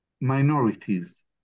minorities